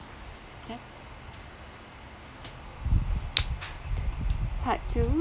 part two